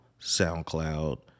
SoundCloud